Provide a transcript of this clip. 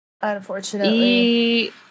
unfortunately